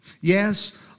yes